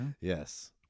Yes